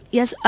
Yes